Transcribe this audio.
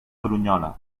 brunyola